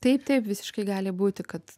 taip taip visiškai gali būti kad